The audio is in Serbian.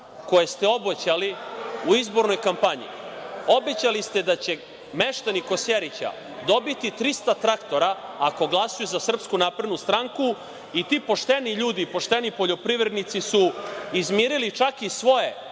koje ste obećali u izbornoj kampanji. Obećali ste da će meštani Kosjerića dobiti 300 traktora, ako glasaju za SNS i ti pošteni ljudi, pošteni poljoprivrednici su izmirili čak i svoje